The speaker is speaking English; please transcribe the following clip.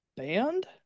band